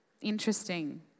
interesting